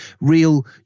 real